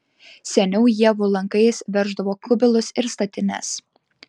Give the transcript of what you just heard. seniau ievų lankais verždavo kubilus ir statines